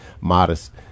modest